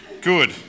Good